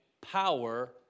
power